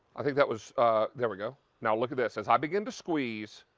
i think that was there we go. now look at this, as i begin to squeeze,